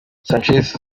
sanchez